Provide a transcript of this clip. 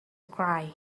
cry